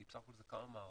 כי בסך הכול זה כמה מערכות,